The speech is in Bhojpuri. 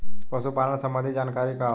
पशु पालन संबंधी जानकारी का होला?